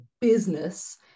business